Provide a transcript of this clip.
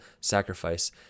sacrifice